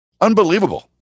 Unbelievable